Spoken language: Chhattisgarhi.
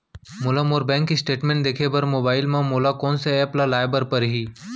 मोला मोर बैंक स्टेटमेंट देखे बर मोबाइल मा कोन सा एप ला लाए बर परही?